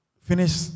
Finish